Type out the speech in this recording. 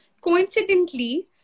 coincidentally